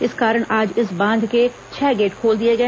इस कारण आज इस बांध के छह गेट खोल दिए गए